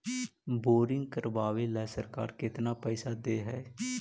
Boring करबाबे ल सरकार केतना पैसा दे है?